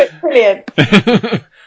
Brilliant